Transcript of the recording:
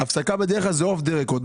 הפסקה זה בדרך כלל אוף דה רקורד.